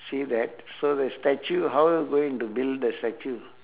see that so the statue how are you going to build the statue